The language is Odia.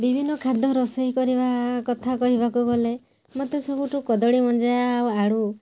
ବିଭିନ୍ନ ଖାଦ୍ୟ ରୋଷେଇ କରିବା କଥା କହିବାକୁ ଗଲେ ମୋତେ ସବୁଠୁ କଦଳୀ ମଞ୍ଜା ଆଉ ଆଳୁ